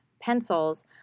pencils